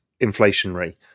inflationary